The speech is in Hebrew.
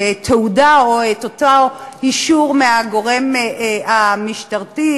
תעודה או את אותו אישור מהגורם המשטרתי,